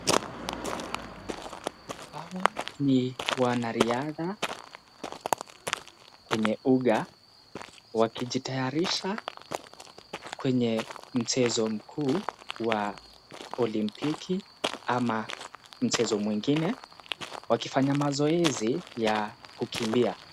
Hawa ni wanariadha kwenye uga, wakijitayarisha kwenye mchezo mkuu wa olimpiki, ama mchezo mwingine wakifanya mazoezi ya kukimbia.